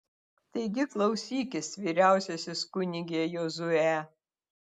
taigi klausykis vyriausiasis kunige jozue